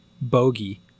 bogey